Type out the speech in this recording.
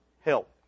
help